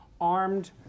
armed